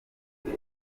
buti